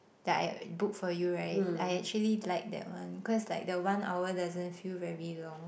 that I book for you right I actually like that one cause like the one hour doesn't feel very long